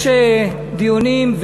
יש דיונים,